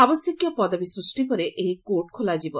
ଆବଶ୍ୟକୀୟ ପଦବୀ ସୃଷ୍ି ପରେ ଏହି କୋର୍ଟ ଖୋଲାଯିବ